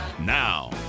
Now